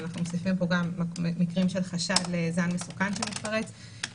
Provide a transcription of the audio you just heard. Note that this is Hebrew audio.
אנחנו מוסיפים פה גם מקרים של חשד לזן מסוכן שמתפרץ.